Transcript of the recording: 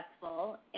successful